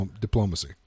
diplomacy